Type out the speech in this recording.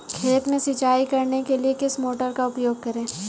खेत में सिंचाई करने के लिए किस मोटर का उपयोग करें?